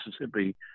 Mississippi